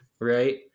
right